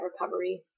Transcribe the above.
recovery